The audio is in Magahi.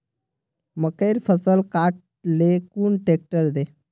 मकईर फसल काट ले कुन ट्रेक्टर दे?